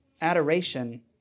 adoration